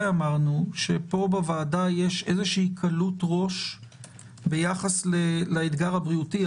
אמרו שכאן בוועדה יש איזו קלות-ראש ביחס לאתגר הבריאותי.